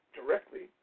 directly